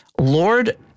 Lord